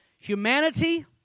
humanity